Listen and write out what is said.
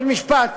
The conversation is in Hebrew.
עוד משפט.